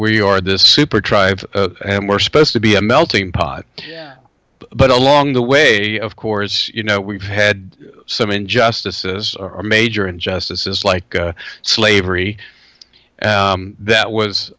your this super tribe and we're supposed to be a melting pot but along the way of course you know we've had some injustice or major injustices like slavery that was